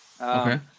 Okay